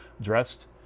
dressed